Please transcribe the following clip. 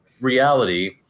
reality